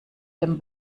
dem